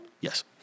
Yes